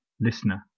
listener